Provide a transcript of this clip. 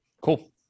Cool